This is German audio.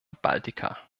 baltica